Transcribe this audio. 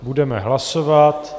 Budeme hlasovat.